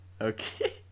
Okay